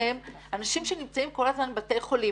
אנשים שנמצאים כל הזמן בבתי חולים,